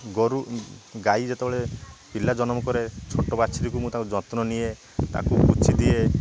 ଗୋରୁ ଗାଈ ଯେତେବେଳେ ପିଲା ଜନ୍ମ କରେ ଛୋଟ ବାଛୁରୀକୁ ମୁଁ ତାକୁ ଯତ୍ନ ନିଏ ତାକୁ ପୋଛିଦିଏ